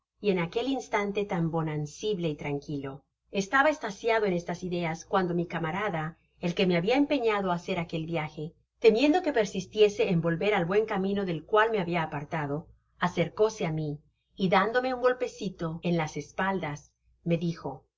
y en aquel instante tan bonancible y tranquilo estaba estasiado en estas ideas cuando mi camarada el que me habia empeñado á hacer aquel viaje temiendo que persistiese en volver al buen camino del cual me habia apartado acercóse á mí y dándome un golpecito en las espaldas me dijo